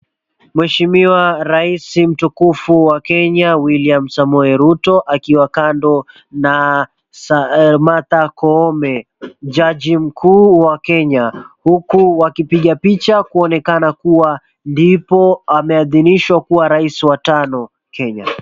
Mheshimiwa rais mtukufu wa Kenya William Samoei Ruto akiwa kando na Martha Koome, jaji mkuu wa Kenya, huku wakipiga picha kuoneka kuwa ndipo ameadhilishwa kuwa rais wa tano Kenya.